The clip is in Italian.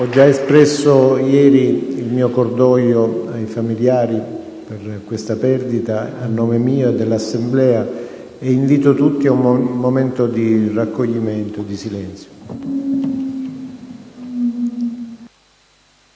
Ho già espresso ieri il mio cordoglio ai familiari per questa perdita, a nome mio e dell'Assemblea. Invito ora tutti a osservare un momento di raccoglimento e di silenzio.